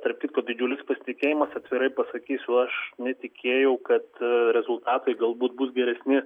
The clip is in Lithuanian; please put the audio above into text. tarp kitko didžiulis pasitikėjimas atvirai pasakysiu aš netikėjau kad rezultatai galbūt bus geresni